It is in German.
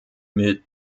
mit